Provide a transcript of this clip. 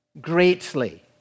greatly